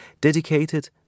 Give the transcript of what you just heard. dedicated